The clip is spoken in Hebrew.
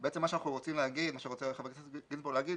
בעצם מה שרוצה חבר הכנסת גינזבורג להגיד,